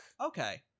Okay